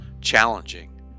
challenging